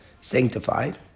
sanctified